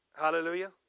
Hallelujah